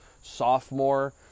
sophomore